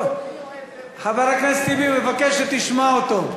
חבר הכנסת טיבי מבקש שתשמע אותו.